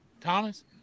Thomas